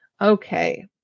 Okay